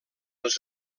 els